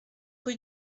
rue